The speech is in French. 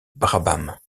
brabham